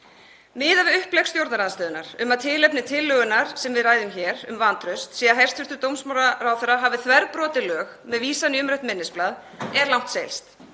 við upplegg stjórnarandstöðunnar, um að tilefni tillögunnar sem við ræðum hér um vantraust sé að hæstv. dómsmálaráðherra hafi þverbrotið lög með vísan í umrætt minnisblað, er langt seilst.